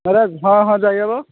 ନରାଜ ହଁ ହଁ ଯାଇ ହେବ